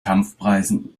kampfpreisen